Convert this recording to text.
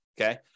Okay